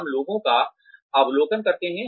हम लोगों का अवलोकन करते हैं